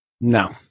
No